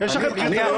יש פרמטרים?